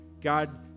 God